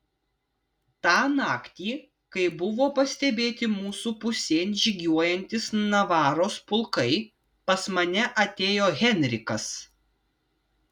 tą naktį kai buvo pastebėti mūsų pusėn žygiuojantys navaros pulkai pas mane atėjo henrikas